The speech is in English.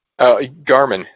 Garmin